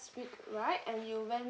week right and you went